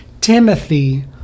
Timothy